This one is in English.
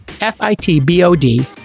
F-I-T-B-O-D